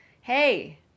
Hey